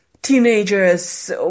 Teenagers